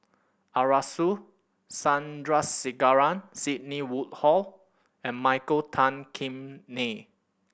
Arasu Sandrasegaran Sidney Woodhull and Michael Tan Kim Nei